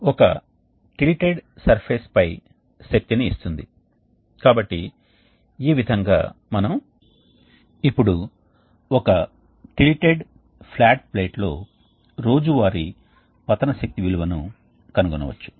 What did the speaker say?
కాబట్టి ఇది డిజైన్ పరామితి ప్రక్రియ యొక్క మొత్తం సమయాన్ని ఎలా నిర్ణయించాలి మరియు ప్రక్రియ ని ఎలా నిర్ణయించాలి అంటే వేడి గ్యాస్ స్ట్రీమ్ మరియు మ్యాట్రిక్స్ మెటీరియల్ మధ్య పరిచయ సమయం మరియు చల్లని వాయువు ప్రవాహం మరియు మాతృక పదార్థం మధ్య పరిచయ సమయాన్ని ఎలా నిర్ణయించాలి